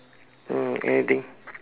uh anything